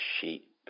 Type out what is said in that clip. sheep